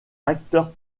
acteur